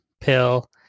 pill